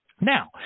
Now